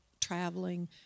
traveling